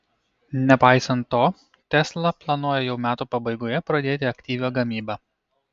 nepaisant to tesla planuoja jau metų pabaigoje pradėti aktyvią gamybą